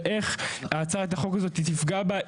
ואיך הצעת החוק הזאת תפגע בה.